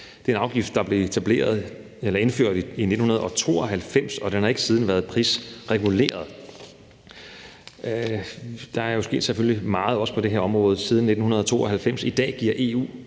Det er en afgift, der blev etableret eller indført i 1992, og den har ikke været prisreguleret siden. Der er jo sket meget på det her område siden 1992. I dag giver